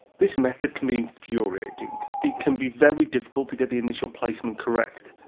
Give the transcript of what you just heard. this method can be infuriating, it can be very difficult to get the initial placement correct,